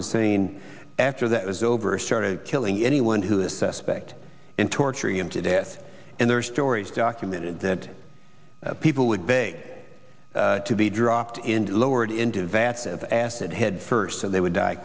hussein after that was over started killing anyone who the suspect in torturing him to death and there are stories documented that people would beg to be dropped into lowered into vats of acid head first so they would die